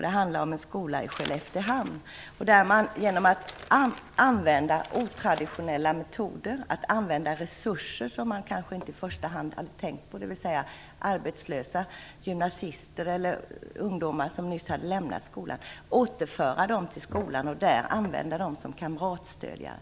Det handlar om en skola i Skelleftehamn, där man använt sig av otraditionella metoder och resurser som man i första hand kanske inte hade tänkt på. Man återförde arbetslösa gymnasister och ungdomar som nyss hade lämnat skolan till skolan och använde dem som kamratstödjare.